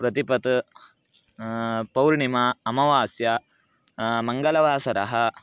प्रतिपत् पौर्णिमा अमवास्या मङ्गलवासरः